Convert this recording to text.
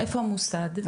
איפה המוסד?